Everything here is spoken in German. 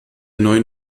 neuen